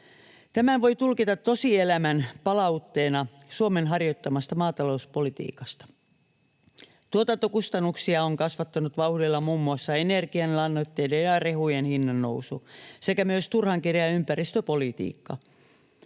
Tämän voi tulkita tosielämän palautteena Suomen harjoittamasta maatalouspolitiikasta. Tuotantokustannuksia on kasvattanut vauhdilla muun muassa energian, lannoitteiden ja rehujen hinnannousu sekä myös turhan kireä ympäristöpolitiikka.